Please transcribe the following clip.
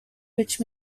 which